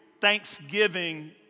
thanksgiving